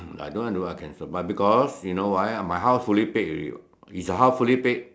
I don't want to cancel but because you know why my house fully paid already [what] is your house fully paid